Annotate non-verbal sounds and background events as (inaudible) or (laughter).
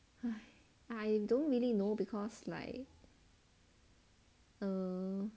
(breath) I don't really know because I err